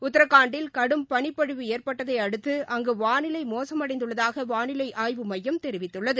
உத்தரகாண்டில் கடும் பனிப்பொழிவு ஏற்பட்டதைஅடுத்துஅங்குவானிலைமோசமடைந்துள்ளதாகவானிலைஆய்வு மையம் தெரிவித்துள்ளது